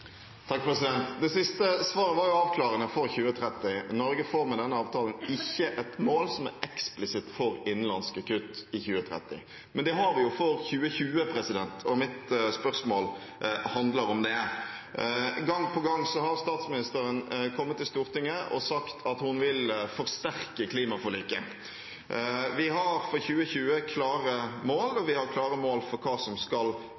Det siste svaret var avklarende for 2030 – Norge får med denne avtalen ikke et mål som er eksplisitt for innenlandske kutt i 2030. Men det har vi jo for 2020, og mitt spørsmål handler om det. Gang på gang har statsministeren kommet til Stortinget og sagt at hun vil forsterke klimaforliket. Vi har for 2020 klare mål – vi har klare mål for hva som skal